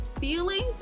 feelings